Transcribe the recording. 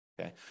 okay